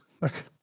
look